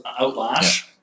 outlash